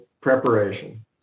preparation